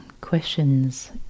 questions